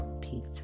Peace